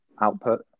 output